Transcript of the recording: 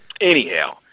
anyhow